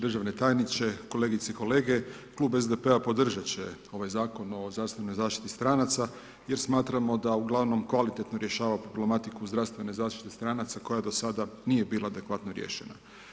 Državni tajniče, kolegice i kolege, Klub SDP-a podržati će ovaj Zakon o zdravstvenoj zaštiti stranaca, jer smatramo da ugl. kvalitetno rješava problematiku zdravstvene zaštite stranaca koja do sada nije bila adekvatno riješena.